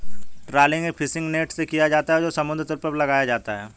trawling एक fishing net से किया जाता है जो समुद्र तल पर लगाया जाता है